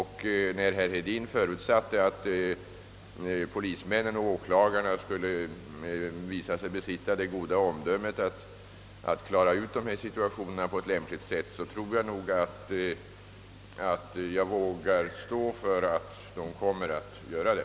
Herr Hedin förutsätter att polismän och åklagare skall visa sig besitta gott omdöme i sådana situationer, och jag vågar nog stå för att så även är fallet.